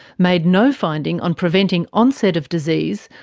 made no finding on preventing onset of disease,